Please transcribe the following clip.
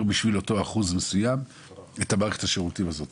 בשביל האחוז המסוים את מערכת השירותים הזו,